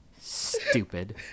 Stupid